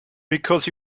because